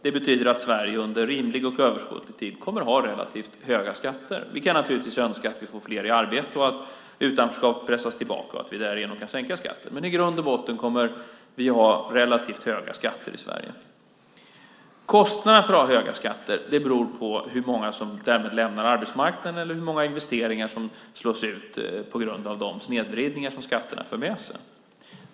Det betyder att Sverige under rimlig och överskådlig tid kommer att ha relativt höga skatter. Vi kan naturligtvis önska att vi får fler i arbete, att utanförskapet kan pressas tillbaka och att vi därigenom kan sänka skatten. Men i grund och botten kommer vi att ha relativt höga skatter i Sverige. Kostnaden för att ha höga skatter beror på hur många som därmed lämnar arbetsmarknaden eller hur många investeringar som slås ut på grund av de snedvridningar som skatterna för med sig.